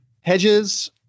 Hedges